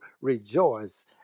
rejoice